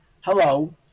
Hello